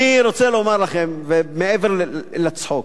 אני רוצה לומר לכם, מעבר לצחוק,